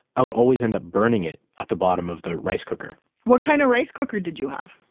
i would always end up burning it at the bottom of the rice cooker what kind of rice cooker did you have?